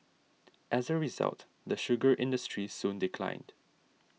as a result the sugar industry soon declined